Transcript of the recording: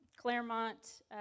Claremont